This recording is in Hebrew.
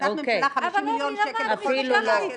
החלטת ממשלה 250 מיליון שקל -- אפילו לא.